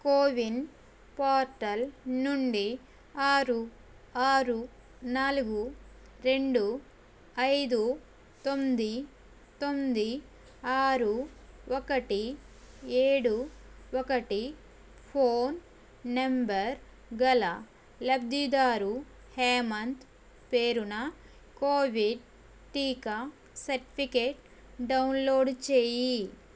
CoWIN portal నుండి ఆరు ఆరు నాలుగు రెండు ఐదు తొమ్మిది తొమ్మిది ఆరు ఒకటి ఏడు ఒకటి ఫోన్ నంబర్ గల లబ్ధిదారు హేమంత్ పేరున కోవిడ్ టీకా సర్టిఫికేట్ డౌన్లోడ్ చేయి